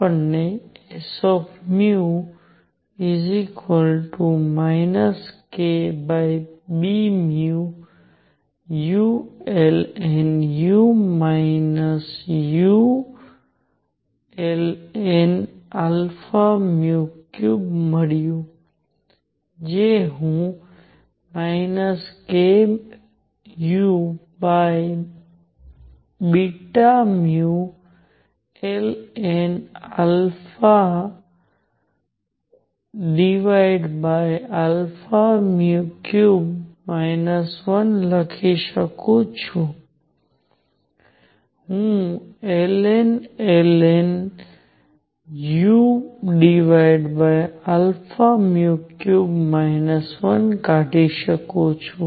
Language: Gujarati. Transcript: આપણને s kβνulnu u ulnα3 મળ્યું જે હું kuβνln⁡ 1 લખી શકું છું હું ln u3 1 કાઢી શકું છું